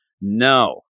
No